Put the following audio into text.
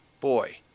boy